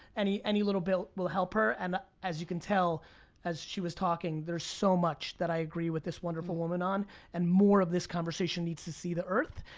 any any little bit will help her and as you can tell as she was talking, there's so much that i agree with this wonderful woman on and more of this conversation needs to see the earth.